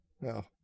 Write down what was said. No